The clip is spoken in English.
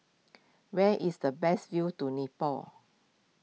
where is the best view to Nepal